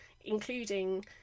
including